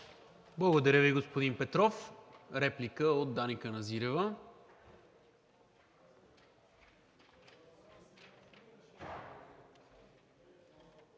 Благодаря Ви, господин Петров. Реплика от Дани Каназирева.